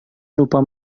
lupa